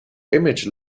image